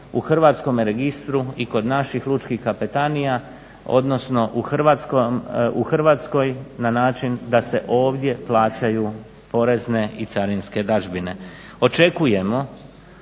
u hrvatskome registru i kod naših lučkih kapetanija odnosno u Hrvatskoj na način da se ovdje plaćaju porezne i carinske dažbine. Očekujemo